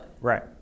Right